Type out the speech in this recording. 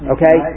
Okay